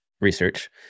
research